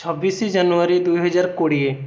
ଛବିଶି ଜାନୁୟାରୀ ଦୁଇହଜାର କୋଡ଼ିଏ